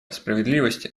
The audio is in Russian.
справедливости